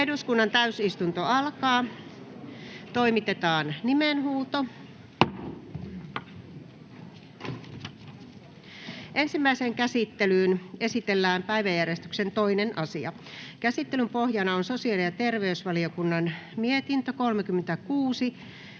muuttamisesta Time: N/A Content: Ensimmäiseen käsittelyyn esitellään päiväjärjestyksen 2. asia. Käsittelyn pohjana on sosiaali- ja terveysvaliokunnan mietintö